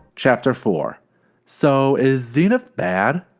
chapter four so is zenith bad?